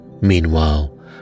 Meanwhile